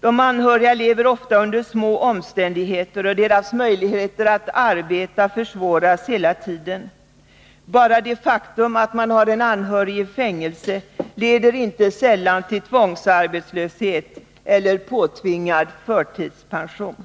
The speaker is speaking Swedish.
De anhöriga lever ofta under små omständigheter. Deras möjligheter att arbeta försvåras hela tiden. Bara det faktum att de har en anhörig i fängelse leder inte sällan till tvångsarbetslöshet eller påtvingad förtidspension.